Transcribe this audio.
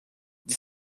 dix